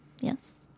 Yes